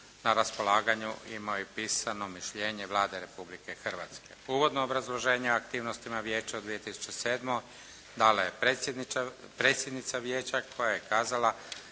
na raspolaganju imao i pisano mišljenje Vlade Republike Hrvatske. Uvodno obrazloženje o aktivnostima vijeća u 2007. dala je predsjednica vijeća koja je kazala